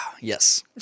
Yes